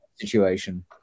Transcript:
situation